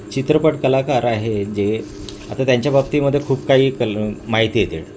चित्रपट कलाकार आहे जे आता त्यांच्या बाबतीमध्ये खूप काही कल माहिती येते